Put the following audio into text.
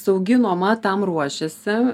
saugi nuoma tam ruošiasi